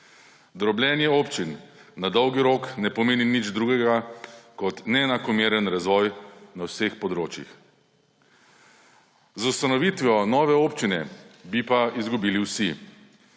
Drobljenje občin na dolgi rok ne pomeni nič drugega kot neenakomeren razvoj na vseh področjih. Z ustanovitvijo nove občine bi pa izgubili vsi,